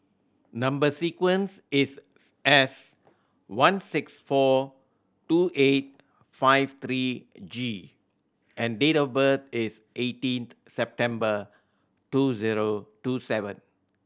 number sequence is S one six four two eight five three G and date of birth is eighteen September two zero two seven